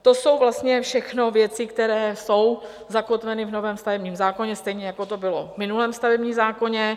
To jsou vlastně všechno věci, které jsou zakotveny v novém stavebním zákoně, stejně jako to bylo v minulém stavebním zákoně.